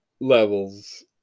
levels